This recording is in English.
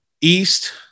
East